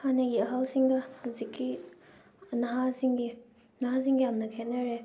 ꯍꯥꯟꯅꯒꯤ ꯑꯍꯟꯁꯤꯡꯒ ꯍꯧꯖꯤꯛꯀꯤ ꯅꯍꯥꯁꯤꯡꯒꯤ ꯅꯍꯥꯁꯤꯡꯒ ꯌꯥꯝꯅ ꯈꯦꯠꯅꯔꯦ